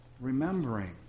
Remembering